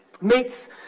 meets